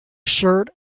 shirt